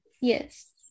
Yes